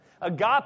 Agape